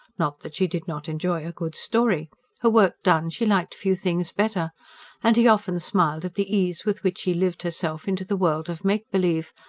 not that she did not enjoy a good story her work done, she liked few things better and he often smiled at the ease with which she lived herself into the world of make-believe,